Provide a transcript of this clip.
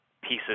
pieces